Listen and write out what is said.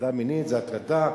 הטרדה מינית זו הטרדה,